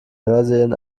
hörsälen